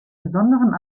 besonderen